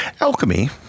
Alchemy